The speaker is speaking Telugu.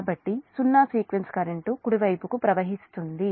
కాబట్టి సున్నా సీక్వెన్స్ కరెంట్ కుడివైపుకు ప్రవహిస్తుంది